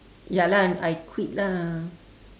ya lah I quit lah